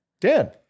Dan